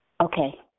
Okay